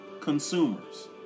consumers